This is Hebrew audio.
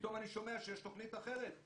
ופתאום אני שומע שיש תכנית אחרת.